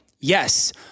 Yes